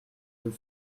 deux